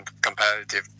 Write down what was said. competitive